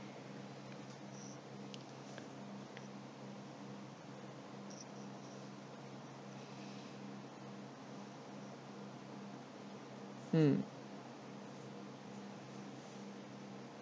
mm